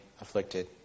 afflicted